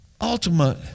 ultimate